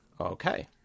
Okay